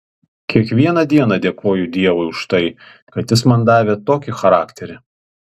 kiekvieną dieną dėkoju dievui už tai kad jis man davė tokį charakterį